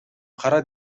кара